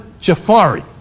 Jafari